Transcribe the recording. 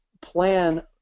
plan